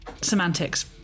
semantics